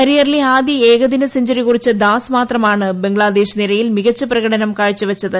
കരിയറിലെ ആദ്യ ഏകദിന സെഞ്ചറി കുറിച്ച ദാസ് മാത്രമാണ് ബംഗ്ലാദേശ് നിരയിൽ മികച്ച പ്രകടനം കാഴ്ചവച്ചത്